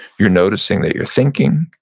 you're noticing that you're thinking,